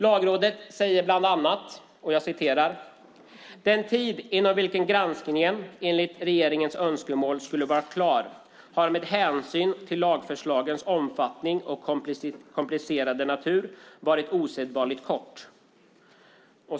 Lagrådet säger bland annat: "Den tid inom vilken granskningen enligt regeringens önskemål skulle vara klar har med hänsyn till lagförslagens omfattning och komplicerade natur varit osedvanligt kort."